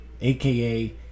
AKA